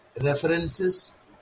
references